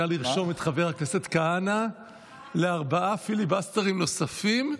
נא לרשום את חבר הכנסת כהנא לארבעה פיליבסטרים נוספים.